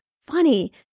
funny